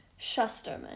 Shusterman